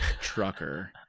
trucker